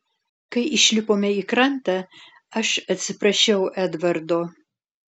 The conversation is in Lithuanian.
kai išlipome į krantą aš atsiprašiau edvardo